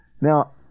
Now